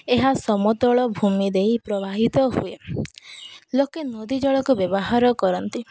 ଏହା ସମତଳ ଭୂମି ଦେଇ ପ୍ରବାହିତ ହୁଏ ଲୋକେ ନଦୀ ଜଳକୁ ବ୍ୟବହାର କରନ୍ତି